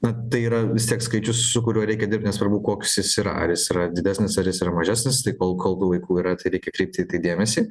na tai yra vis tiek skaičius su kuriuo reikia dirbt nesvarbu koks yra ar jis yra didesnis ar jis yra mažesnis tai kol kol kol vaikų yra tai reikia kreipti į tai dėmesį